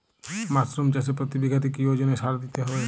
Mushroom চাষে প্রতি বিঘাতে কি ওজনে সার দিতে হবে?